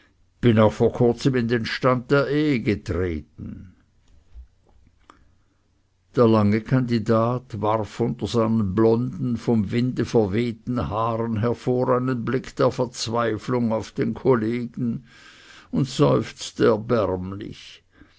bin auch vor kurzem in den stand der ehe getreten der lange kandidat warf unter seinen blonden vom winde verwehten haaren hervor einen blick der verzweiflung auf den kollegen und seufzte erbärmlich